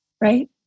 Right